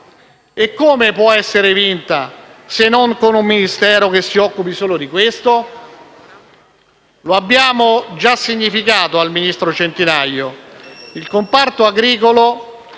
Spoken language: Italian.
E come può essere vinta se non con un Ministero che si occupi solo di questo? Lo abbiamo già significato al ministro Centinaio: il comparto agricolo,